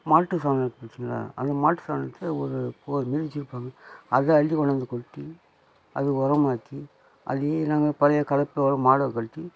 மாட்டு சாணம் இருக்கு பார்த்திங்களா அந்த மாட்டு சாணத்தை ஒரு வந்து அதை அள்ளி கொண்டாந்து கொட்டி அதை உரமாக்கி அதையே நாங்கள் பழைய கலப்பையோட மாடை கட்டி